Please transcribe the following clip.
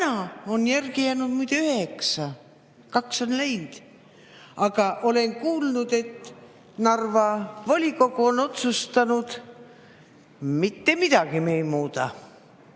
Nüüd on järele jäänud muide üheksa, kaks on läinud. Aga olen kuulnud, et Narva volikogu on otsustanud, et mitte midagi nad ei muuda.